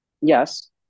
Yes